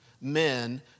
men